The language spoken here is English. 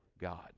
God